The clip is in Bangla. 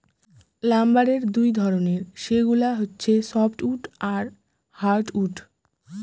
লাম্বারের দুই ধরনের, সেগুলা হচ্ছে সফ্টউড আর হার্ডউড